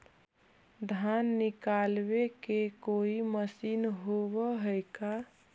धान निकालबे के कोई मशीन होब है का?